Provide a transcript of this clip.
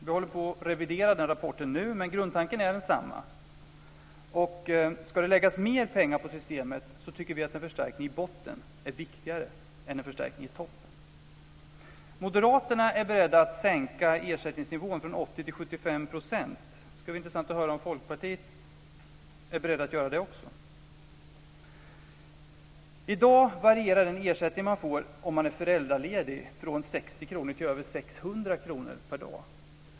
Vi håller på att revidera den rapporten nu, men grundtanken är densamma. Om det ska läggas mer pengar på systemet tycker vi att en förstärkning i botten är viktigare än en förstärkning i toppen. Moderaterna är beredda att sänka ersättningsnivån från 80 till 75 %. Det skulle vara intressant att höra om Folkpartiet också är berett att göra det. I dag varierar den ersättning man får om man är föräldraledig från 60 kr till över 600 kr per dag.